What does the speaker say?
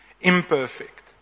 imperfect